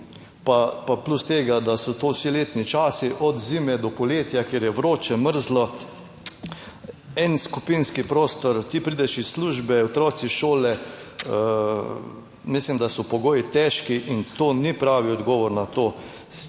pa plus tega, da so to vsi letni časi, od zime do poletja, kjer je vroče, mrzlo, en skupinski prostor, ti prideš iz službe, otroci iz šole, mislim, da so pogoji težki, in to ni pravi odgovor na to,